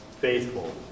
faithful